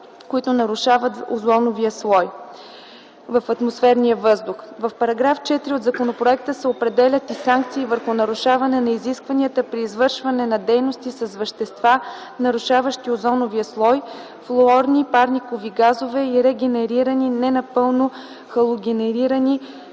които нарушават озоновия слой в атмосферния въздух. В §4 от законопроекта се определят и санкции при нарушаване на изискванията при извършване на дейности с вещества, нарушаващи озоновия слой, флуорирани парникови газове и регенерирани, ненапълно халогенирани